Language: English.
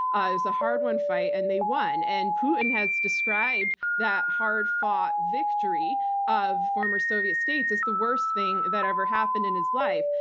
was a hard-won fight, and they won. and putin has described that hard-fought victory of former soviet states as the worst thing that ever happened in his life.